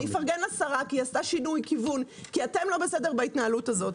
אני אפרגן לשרה כי היא עשתה שינוי כיוון כי אתם לא בסדר בהתנהלות הזאת.